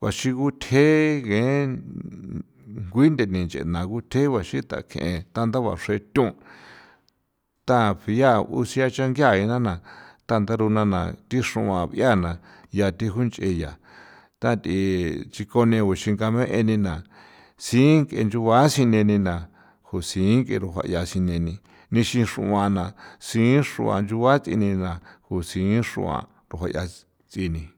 baxi guthje gen ngui ntheni nch'ena guthje baxi tak'e tanda baxre thon' ta b'ia uxexa ngia ina na tanda taruna thixroan b'iana yathi junch'e ya thath'e chikone guxigamee ene na sink'e nchugua sineni na jon sink'e xrojuaya sineni nixin xruana si xruan nchugua ts'ini na jusin xruan rajuaya ts'i ni.